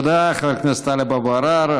תודה, חבר הכנסת טלב אבו עראר.